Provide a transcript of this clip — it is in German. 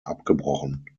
abgebrochen